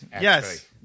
Yes